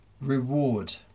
reward